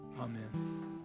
Amen